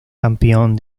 campeón